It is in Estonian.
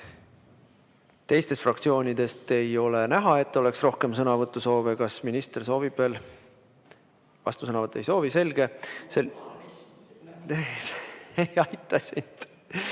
Teistest fraktsioonidest ei ole näha, et oleks rohkem sõnavõtusoove. Kas minister soovib veel vastusõnavõttu? Ei soovi. Selge. (Saalist